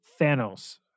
Thanos